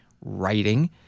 writing